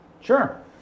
Sure